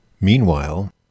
Meanwhile